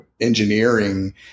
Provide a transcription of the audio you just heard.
engineering